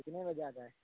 کتنے بجے آ جائیں